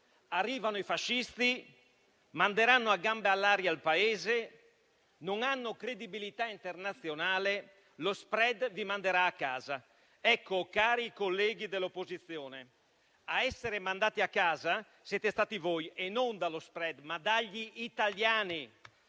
arrivano i fascisti; manderanno a gambe all'aria il Paese; non hanno credibilità internazionale; lo *spread* li manderà a casa. Ecco, cari colleghi dell'opposizione, a essere mandati a casa siete stati voi e non dallo *spread*, ma dagli italiani,